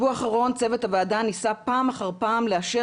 צוות הוועדה ניסה בשבוע האחרון פעם אחר פעם לאשר